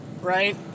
Right